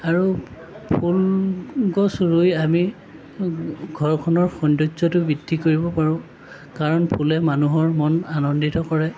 আৰু ফুল গছ ৰুই আমি ঘৰখনৰ সৌন্দৰ্যটো বৃদ্ধি কৰিব পাৰোঁ কাৰণ ফুলে মানুহৰ মন আনন্দিত কৰে